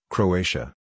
Croatia